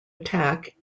attack